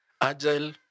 Agile